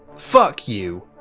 fuck you.